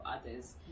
others